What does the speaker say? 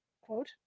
Quote